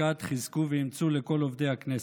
ברכת חזקו ואמצו לכל עובדי הכנסת.